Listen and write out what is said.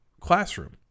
classroom